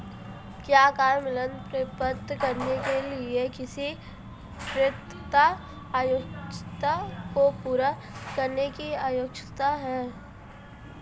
क्या car loan प्राप्त करने के लिए किसी पात्रता आवश्यकता को पूरा करने की आवश्यकता है?